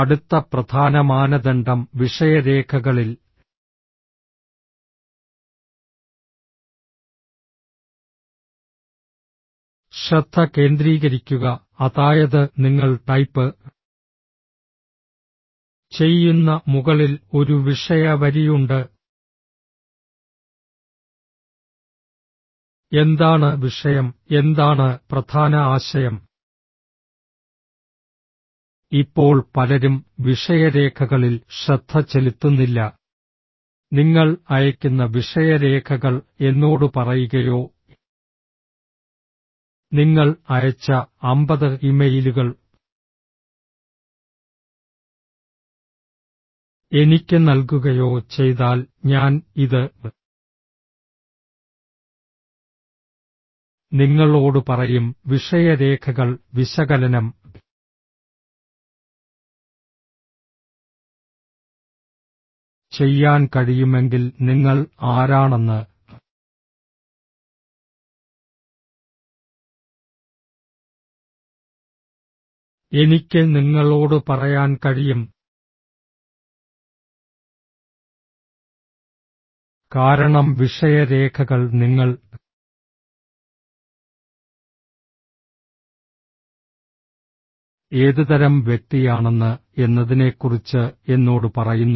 അടുത്ത പ്രധാന മാനദണ്ഡം വിഷയരേഖകളിൽ ശ്രദ്ധ കേന്ദ്രീകരിക്കുക അതായത് നിങ്ങൾ ടൈപ്പ് ചെയ്യുന്ന മുകളിൽ ഒരു വിഷയ വരിയുണ്ട് എന്താണ് വിഷയം എന്താണ് പ്രധാന ആശയം ഇപ്പോൾ പലരും വിഷയരേഖകളിൽ ശ്രദ്ധ ചെലുത്തുന്നില്ല നിങ്ങൾ അയയ്ക്കുന്ന വിഷയരേഖകൾ എന്നോട് പറയുകയോ നിങ്ങൾ അയച്ച 50 ഇമെയിലുകൾ എനിക്ക് നൽകുകയോ ചെയ്താൽ ഞാൻ ഇത് നിങ്ങളോട് പറയും വിഷയരേഖകൾ വിശകലനം ചെയ്യാൻ കഴിയുമെങ്കിൽ നിങ്ങൾ ആരാണെന്ന് എനിക്ക് നിങ്ങളോട് പറയാൻ കഴിയും കാരണം വിഷയരേഖകൾ നിങ്ങൾ ഏതുതരം വ്യക്തിയാണെന്ന് എന്നതിനെക്കുറിച്ച് എന്നോട് പറയുന്നു